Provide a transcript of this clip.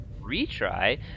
retry